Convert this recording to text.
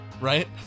Right